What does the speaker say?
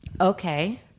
Okay